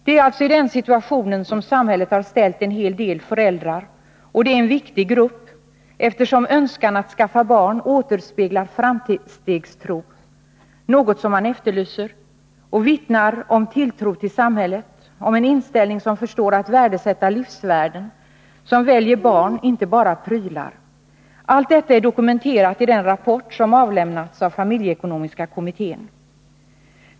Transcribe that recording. Det är alltså i den situationen som samhället har ställt många föräldrar. Och det är en viktig grupp eftersom önskan att skaffa barn återspeglar framstegstro — något som efterlyses — vittnar om tilltro till samhället och om en inställning som förstår att värdesätta livsvärden, som väljer barn, inte bara prylar. Allt detta är dokumenterat i den rapport som avlämnats av familjeekonomiska kommittén.